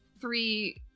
three